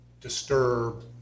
disturb